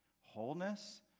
wholeness